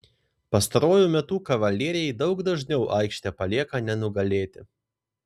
pastaruoju metu kavalieriai daug dažniau aikštę palieka nenugalėti